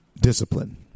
discipline